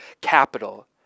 capital